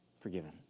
Forgiven